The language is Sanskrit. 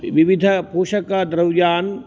विविधपोषकद्रव्यान्